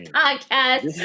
podcast